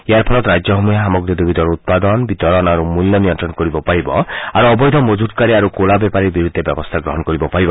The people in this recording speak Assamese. ইয়াৰ ফলত ৰাজ্যসমূহে সামগ্ৰী দুবিধৰ উৎপাদন বিতৰণ আৰু মূল্য নিয়ন্ত্ৰণ কৰিব পাৰিব আৰু অবৈধ মজুতকাৰী আৰু কলা বেপাৰীৰ বিৰুদ্ধে ব্যৱস্থা গ্ৰহণ কৰিব পাৰিব